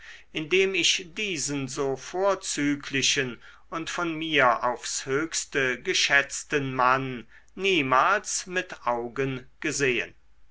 indem ich diesen so vorzüglichen und von mir aufs höchste geschätzten mann niemals mit augen gesehen